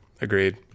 Agreed